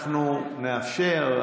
אנחנו נאפשר.